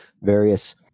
various